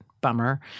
bummer